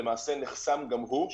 נחסם גם הוא,